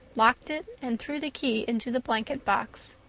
locked it, and threw the key into the blanket box.